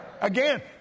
Again